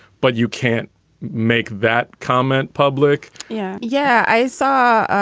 but you can't make that comment public yeah. yeah, i saw